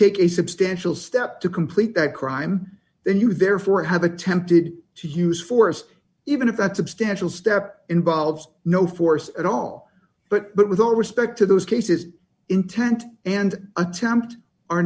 take a substantial step ringback to complete that crime then you therefore have attempted to use force even if that substantial step involves no force at all but but with all respect to those cases intent and attempt